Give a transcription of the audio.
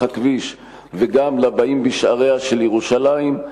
הכביש וגם לבאים בשעריה של ירושלים.